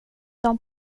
dem